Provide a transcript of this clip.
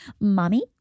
mommy